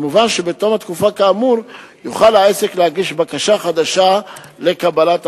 מובן שבתום התקופה כאמור יוכל העסק להגיש בקשה חדשה לקבלת רשיון.